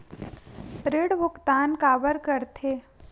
ऋण भुक्तान काबर कर थे?